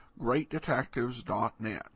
GreatDetectives.net